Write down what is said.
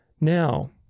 Now